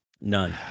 None